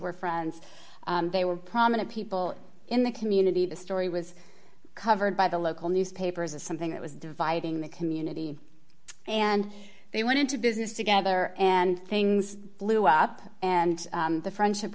were friends they were prominent people in the community the story was covered by the local newspapers as something that was dividing the community and they went into business together and things blew up and the friendship